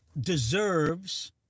deserves